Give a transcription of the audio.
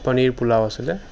পনীৰ পোলাও আছিলে